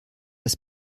das